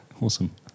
Awesome